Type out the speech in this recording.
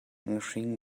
ngahring